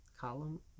column